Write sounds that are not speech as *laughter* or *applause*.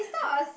it's not a *noise*